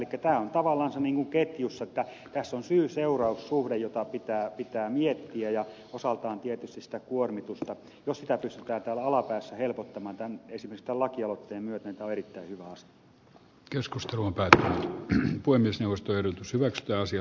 tämä on tavallansa niin kuin ketjussa että tässä on syyseuraus suhde jota pitää miettiä ja osaltaan tietysti jos sitä kuormitusta pystytään täällä alapäässä helpottamaan esimerkiksi tämän lakialoitteen myötä niin tämä on erittäin hyvä asia